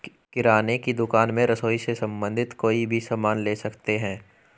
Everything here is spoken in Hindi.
किराने की दुकान में रसोई से संबंधित कोई भी सामान ले सकते हैं